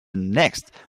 next